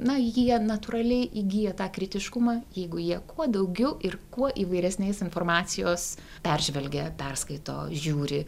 na jie natūraliai įgyja tą kritiškumą jeigu jie kuo daugiau ir kuo įvairesnės informacijos peržvelgia perskaito žiūri